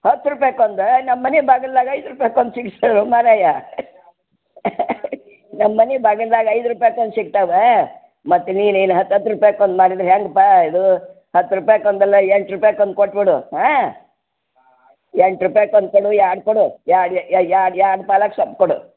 ಹತ್ತು ರೂಪಾಯ್ಗ್ ಒಂದು ನಮ್ಮ ಮನಿ ಬಾಗಲ್ದಾಗ ಐದು ರೂಪಾಯ್ಗ್ ಒಂದು ಸಿಗ್ತವೋ ಮರಾಯಾ ನಮ್ಮ ಮನೆ ಬಾಗಿಲ್ದಾಗ ಐದು ರೂಪಾಯ್ಗ್ ಒಂದು ಸಿಗ್ತಾವೆ ಮತ್ತು ನೀನು ಏನು ಹತ್ತು ಹತ್ತು ರೂಪಾಯ್ಗ್ ಒಂದು ಮಾರಿದರೆ ಹೆಂಗಪ್ಪ ಇದು ಹತ್ತು ರೂಪಾಯ್ಗ್ ಒಂದಲ್ಲ ಎಂಟು ರೂಪಾಯ್ಗ್ ಒಂದು ಕೊಟ್ಟುಬಿಡು ಹಾಂ ಎಂಟು ರೂಪಾಯ್ಗ್ ಒಂದು ಕೊಡು ಎರಡು ಕೊಡು ಎರಡು ಎರಡು ಪಾಲಕ್ ಸೊಪ್ಪು ಕೊಡು